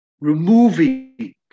removing